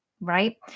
right